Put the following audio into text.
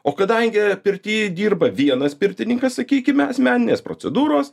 o kadangi pirty dirba vienas pirtininkas sakykime asmeninės procedūros